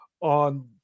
on